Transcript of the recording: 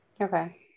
Okay